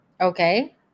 okay